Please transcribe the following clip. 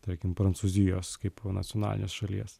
tarkim prancūzijos kaip nacionalinės šalies